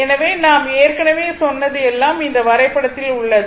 எனவே நாம் ஏற்கனவே சொன்னது எல்லாம் இந்த வரைபடத்தில் உள்ளன